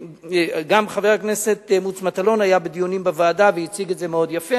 גם חבר הכנסת מוץ מטלון היה בדיונים בוועדה והציג את זה מאוד יפה,